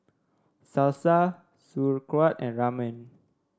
Salsa Sauerkraut and Ramen